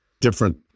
different